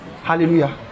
Hallelujah